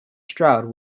stroud